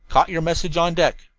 caught your message on deck.